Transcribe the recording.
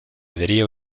video